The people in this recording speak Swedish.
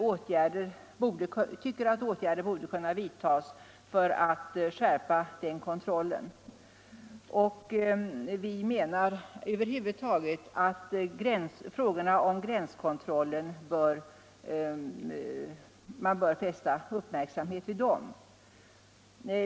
Åtskilligt borde kunna göras för att skärpa den kontrollen, och vi menar att man över huvud taget bör fästa uppmärksamheten vid frågorna om gränskontrollen.